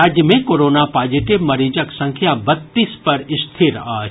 राज्य मे corona positive मरीजक संख्या बत्तीस पर स्थिर अछि